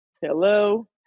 hello